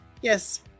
Yes